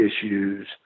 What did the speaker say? issues